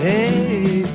Hey